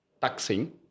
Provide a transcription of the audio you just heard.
taxing